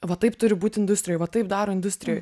va taip turi būti industrijoj va taip daro industrijoj